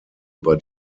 über